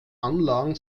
anlagen